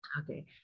Okay